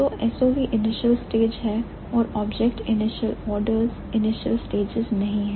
तो SOV initial stage है और "object initial orders" "initial stage" नहीं है